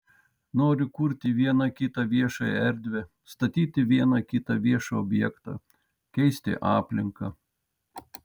noriu kurti vieną kitą viešąją erdvę statyti vieną kitą viešą objektą keisti aplinką